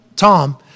Tom